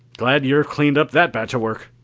glad you've cleaned up that batch of work.